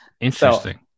Interesting